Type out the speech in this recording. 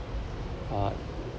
uh